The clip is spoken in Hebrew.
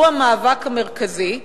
הוא המאבק המרכזי,